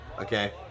okay